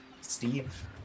Steve